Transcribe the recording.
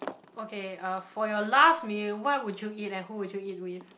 okay uh for your last meal what would you eat and who would you eat with